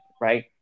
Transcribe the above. right